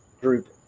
group